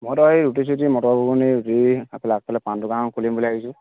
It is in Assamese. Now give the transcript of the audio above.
মই আগফালে পাণ দোকান এখন খুলিম বুলি ভাবিছোঁ